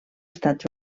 estats